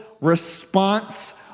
response